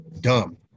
dumb